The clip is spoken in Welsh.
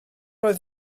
oedd